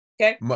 okay